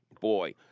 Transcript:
boy